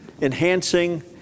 Enhancing